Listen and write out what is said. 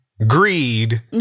greed